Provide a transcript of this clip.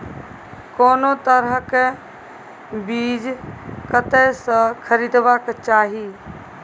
कोनो तरह के बीज कतय स खरीदबाक चाही?